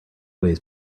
ways